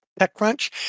TechCrunch